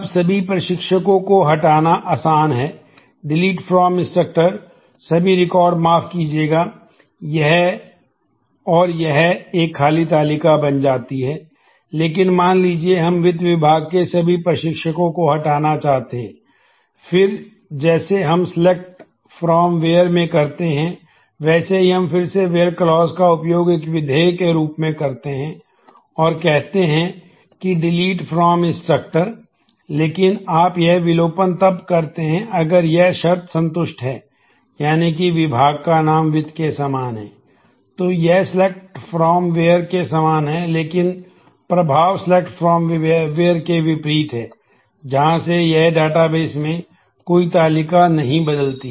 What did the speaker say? अब सभी प्रशिक्षकों को हटाना आसान है डिलीट फ्रॉम इंस्ट्रक्टर में कोई तालिका नहीं बदलती है